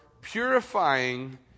purifying